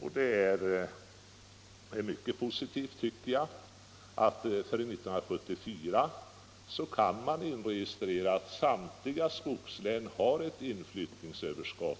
Jag tycker det är mycket positivt att vi för 1974 kan inregistrera att samtliga skogslän har ett inflyttningsöverskott